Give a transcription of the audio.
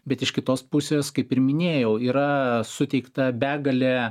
bet iš kitos pusės kaip ir minėjau yra suteikta begalė